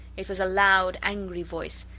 it was a loud, angry voice,